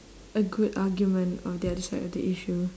a good argument on the other side of the issue